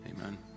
amen